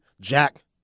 Jack